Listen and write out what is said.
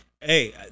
Hey